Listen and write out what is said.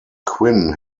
quinn